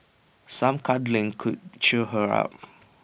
some cuddling could cheer her up